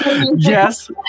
Yes